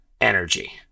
Energy